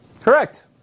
Correct